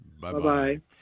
Bye-bye